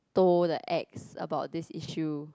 told the ex about this issue